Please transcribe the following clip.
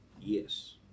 Yes